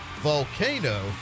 volcano